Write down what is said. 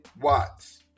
Watts